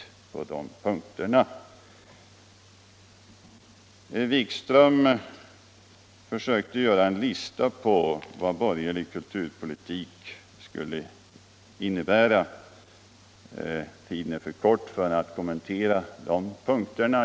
Kulturpolitiken Kulturpolitiken Herr Wikström försökte göra en lista på vad borgerlig kulturpolitik skulle innebära. Tiden är för kort för att kommentera de punkterna.